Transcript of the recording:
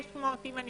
500 תקנים לא